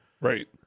Right